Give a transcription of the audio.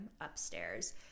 upstairs